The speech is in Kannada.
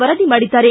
ವರದಿ ಮಾಡಿದ್ದಾರೆ